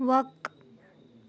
وق